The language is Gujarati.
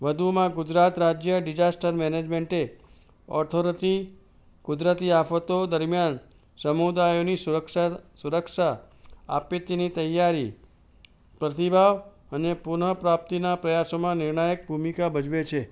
વધુમાં ગુજરાત રાજ્ય ડિઝાસ્ટર મેનેજમેન્ટે ઓથોરટી કુદરતી આફતો દરમ્યાન સમુદાયોની સુરક્ષા સુરક્ષા આપે તેની તૈયારી પ્રતિભાવ અને પુનઃ પ્રાપ્તિના પ્રયાસોમાં નિર્ણાયક ભૂમિકા ભજવે છે